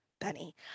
Benny